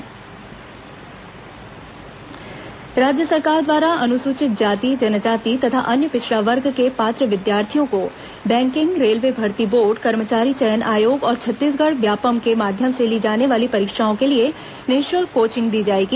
निःशुल्क कोचिंग राज्य सरकार द्वारा अनुसूचित जाति जनजाति तथा अन्य पिछड़ा वर्ग के पात्र विद्यार्थियों को बैंकिंग रेलवे भर्ती बोर्ड कर्मचारी चयन आयोग और छत्तीसगढ़ व्यापम के माध्यम से ली जाने वाली परीक्षाओं के लिए निःशुल्क कोचिंग दी जाएगी